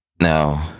Now